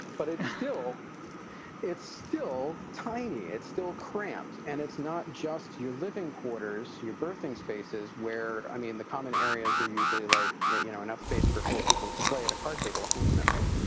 but it's still it's still tiny, it's still cramped. and it's not just your living quarters, your berthing spaces where i mean, the common areas are usually like, you know, enough space for for people to play at a card table intimately.